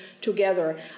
together